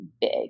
big